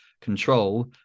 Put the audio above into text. control